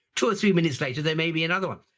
two or three minutes later there may be another one.